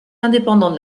indépendant